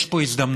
יש פה הזדמנות,